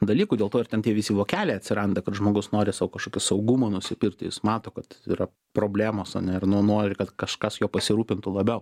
dalykų dėl to ir ten tie visi vokeliai atsiranda kad žmogus nori sau kažkokio saugumo nusipirkt ir jis mato kad yra problemos ane ir no nori kad kažkas juo pasirūpintų labiau